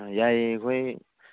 ꯌꯥꯏꯌꯦ ꯑꯩꯈꯣꯏ